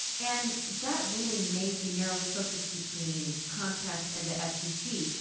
and that ruling may be narrowly focused between comcast and the fcc.